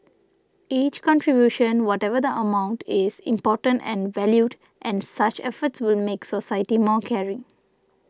each contribution whatever the amount is important and valued and such efforts will make society more caring